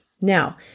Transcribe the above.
Now